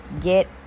get